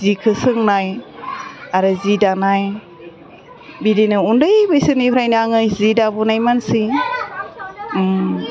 जिखौ सोंनाय आरो जि दानाय बिदिनो उन्दै बैसोनिफ्रायनो आङो जि दाबोनाय मानसि